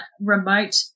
remote